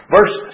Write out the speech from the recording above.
Verse